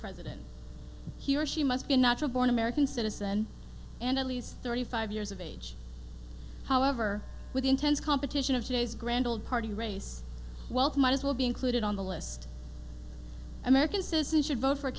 president he or she must be a natural born american citizen and at least thirty five years of age however with the intense competition of today's grand old party race wealth might as well be included on the list american citizens should vote for a